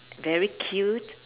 very cute